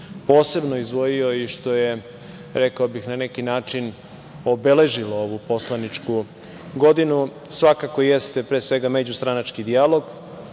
posebno izdvojio i što je, rekao bih, na neki način obeležilo ovu poslaničku godinu, svakako jeste, pre svega međustranački dijalog,